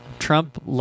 Trump